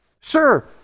sure